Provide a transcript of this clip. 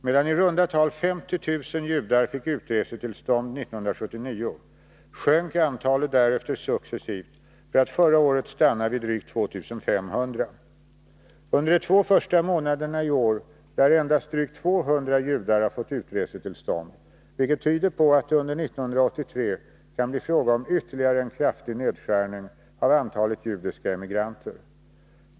Medan i runda tal 50 000 judar fick utresetillstånd 1979 sjönk antalet därefter successivt för att förra året stanna vid drygt 2 500. Under de två första månaderna i år lär endast drygt 200 judar ha fått utresetillstånd, vilket tyder på att det under 1983 kan bli fråga om ytterligare en kraftig nedskärning av antalet judiska emigranter.